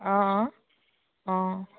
অঁ অঁ অঁ